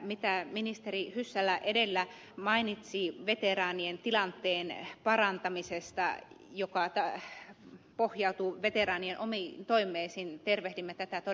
mitä ministeri hyssälä edellä mainitsi veteraanien tilanteen parantamisesta mikä pohjautuu veteraanien omiin toiveisiin tervehdimme todellakin ilolla